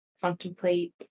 contemplate